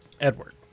Edward